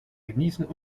genießen